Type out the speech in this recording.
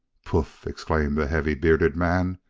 poof! exclaimed the heavy, bearded man.